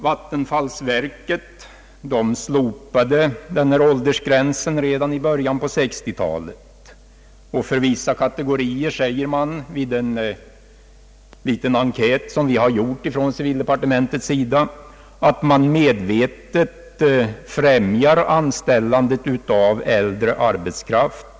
Vattenfallsverket slopade åldersgränsen redan i början av 1960-talet, och i en liten enkät som gjorts från civildepartementes sida svaras att man medvetet vill främja anställandet av äldre arbetskraft.